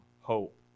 hope